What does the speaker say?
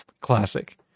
Classic